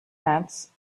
ants